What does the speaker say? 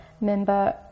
member